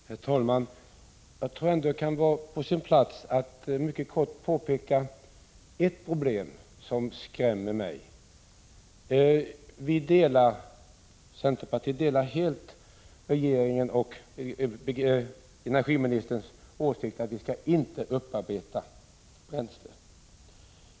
Herr talman! Det kan nog vara på sin plats att mycket kort påpeka ett problem som skrämmer mig. Centerpartiet delar helt regeringens och energiministerns åsikt att vi inte skall upparbeta bränslet.